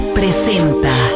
presenta